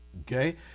okay